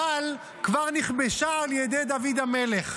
אבל כבר נכבשה על ידי דוד המלך.